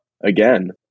Again